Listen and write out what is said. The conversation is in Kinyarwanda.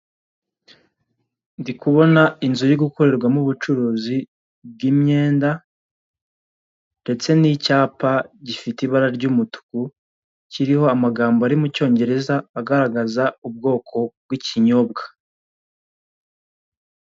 Ndi kubona inzu irigukorerwamo ubucuruzi bw'imyenda, ndeste n'icyapa gifite ibara ry'umutuku kiriho amagambo ari mu cyongereza agaragaza ubwoko bw'ikinyobwa.